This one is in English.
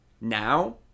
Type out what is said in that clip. now